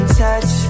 touch